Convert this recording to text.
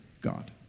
God